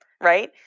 right